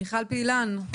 מיכל פעילן,